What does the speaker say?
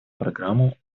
программу